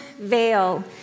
veil